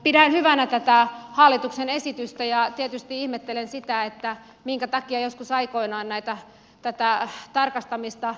pidän hyvänä tätä hallituksen esitystä ja tietysti ihmettelen sitä minkä takia joskus aikoinaan näitä ei pääse tarkastamista